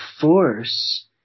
force